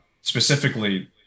Specifically